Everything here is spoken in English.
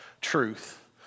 truth